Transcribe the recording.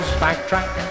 backtrack